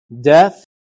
Death